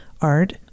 Art